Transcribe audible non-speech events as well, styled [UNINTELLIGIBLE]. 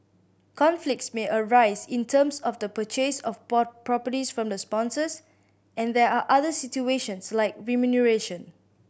conflicts may arise in terms of the purchase of [UNINTELLIGIBLE] properties from the sponsors and there are other situations like remuneration